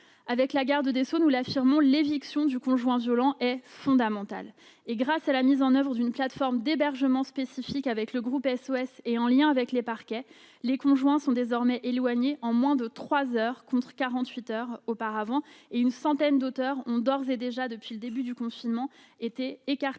Avec la garde des sceaux, nous l'affirmons, l'éviction du conjoint violent est une mesure fondamentale. Grâce à la mise en oeuvre d'une plateforme d'hébergement spécifique avec le Groupe SOS, en liaison avec les parquets, les conjoints sont désormais éloignés en moins de trois heures, contre quarante-huit heures auparavant. Une centaine d'auteurs ont d'ores et déjà, depuis le début du confinement, été écartés